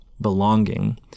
belonging